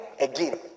again